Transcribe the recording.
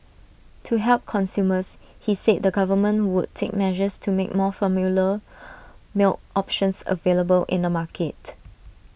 to help consumers he said the government would take measures to make more formula milk options available in the market